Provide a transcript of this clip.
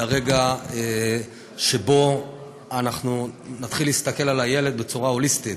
לרגע שבו אנחנו נתחיל להסתכל על הילד בצורה הוליסטית.